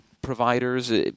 Providers